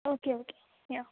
okay okay या